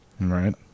right